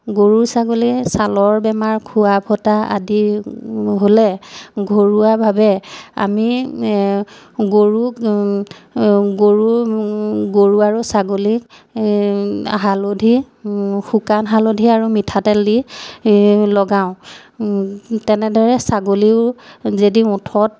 গৰু ছাগলীৰ ছালৰ বেমাৰ খুৰা ফটা আদি হ'লে ঘৰুৱাভাৱে আমি গৰুক গৰু গৰু আৰু ছাগলীক হালধি শুকান হালধি আৰু মিঠাতেল দি লগাওঁ তেনেদৰে ছাগলীও যদি ওঠত